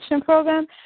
Program